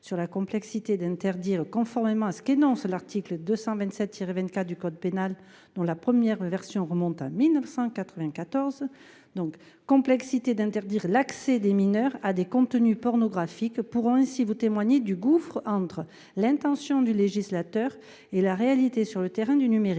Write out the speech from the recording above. sur la complexité d'interdire, conformément à ce qu'énonce l'article 227 tiré 24 du code pénal dont la première version remonte à 1994. Donc complexité d'interdire l'accès des mineurs à des contenus pornographiques pourront ainsi vous témoigner du gouffre entre l'intention du législateur et la réalité sur le terrain du numérique.